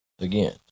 Again